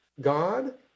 God